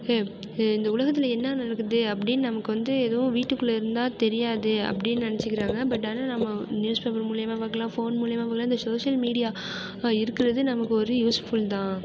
இந்த உலகத்தில் என்ன நடக்குது அப்படின்னு நமக்கு வந்து எதுவும் வீட்டுக்குள்ளே இருந்தால் தெரியாது அப்படின்னு நினைச்சிக்கிறாங்க பட் ஆனால் நம்ம நியூஸ் பேப்பர் மூலமா பார்க்கலாம் ஃபோன் மூலமா பார்க்கலாம் இந்த சோசியல் மீடியா இருக்கிறது நமக்கு ஒரு யூஸ்ஃபுல் தான்